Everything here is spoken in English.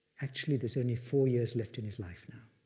actually, there's only four years left in his life now.